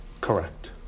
Correct